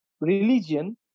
religion